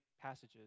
passages